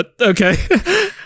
Okay